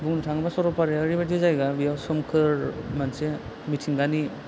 बुंनो थाङोब्ला सरलफाराया ओरैबायदि जायगा बेयाव सोमखोर मोनसे मिथिंगानि